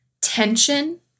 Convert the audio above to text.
tension